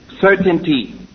certainty